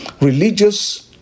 religious